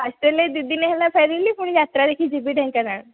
actually ଏହି ଦୁଇ ଦିନ ହେଲା ଫେରିଲି ପୁଣି ଯାତ୍ରା ଦେଖି ଯିବି ଢେଙ୍କାନାଳ